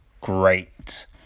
great